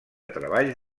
treball